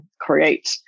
create